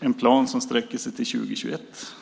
en plan som sträcker sig till 2021.